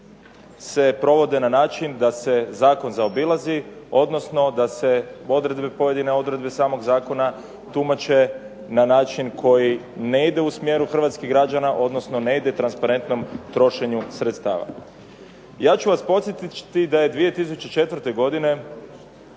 se provode na način da se zakon zaobilazi, odnosno da se pojedine odredbe samog zakona tumače na način koji ne ide u smjeru hrvatskih građana, odnosno ne ide transparentnom trošenju sredstava. Ja ću vas podsjetiti da je 2004. godine